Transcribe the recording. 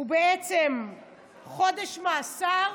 הוא חודש מאסר